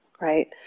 right